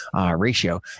ratio